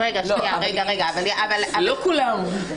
לא כולם.